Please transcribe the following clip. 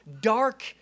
dark